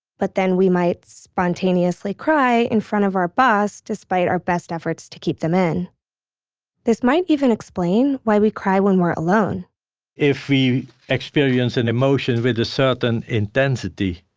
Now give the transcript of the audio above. but then we might spontaneously cry in front of our boss despite our best efforts to keep them in this might even explain why we cry when we're alone if we experience an emotion with a certain intensity,